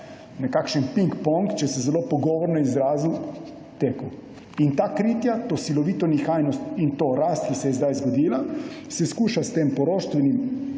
nekakšen pingpong, če se zelo pogovorno izrazim, tekel. Ta kritja, to silovito nihajnost in to rast, ki se je sedaj zgodila, se poskuša s tem poroštvenim